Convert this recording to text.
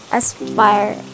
aspire